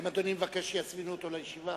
האם אדוני מבקש שיזמינו אותו לישיבה?